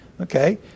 Okay